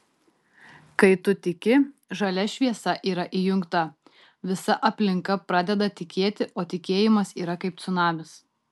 kai tu tiki žalia šviesa yra įjungta visa aplinka pradeda tikėti o tikėjimas yra kaip cunamis